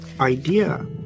idea